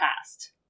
past